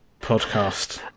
Podcast